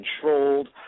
controlled